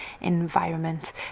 environment